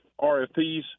RFPs